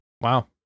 Wow